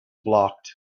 blocked